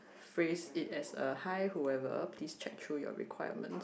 phrase it as a hi whoever please check through your requirements